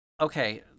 okay